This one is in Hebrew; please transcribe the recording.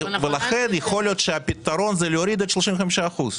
לכן יכול להיות שהפתרון הוא להוריד את ה-35 אחוזים.